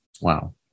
Wow